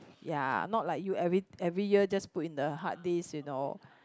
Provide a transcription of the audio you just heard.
ya not like you every every year just put in the hard disc you know